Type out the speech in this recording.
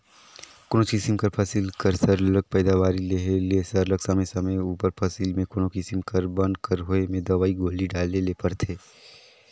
कोनोच किसिम कर फसिल कर सरलग पएदावारी लेहे ले सरलग समे समे उपर फसिल में कोनो किसिम कर बन कर होए में दवई गोली डाले ले परथे